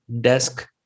desk